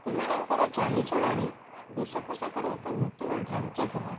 ସେମାନଙ୍କର ଚାଲିଚଳଣୀ ବେଶ ପୋଷାକର ଏକ ନୂତନ ଢାଞ୍ଚା ଥିଲା